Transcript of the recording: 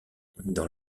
dans